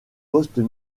postes